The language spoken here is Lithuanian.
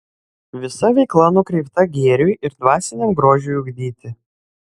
visa veikla nukreipta gėriui ir dvasiniam grožiui ugdyti